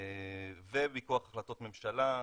ומכח החלטות ממשלה,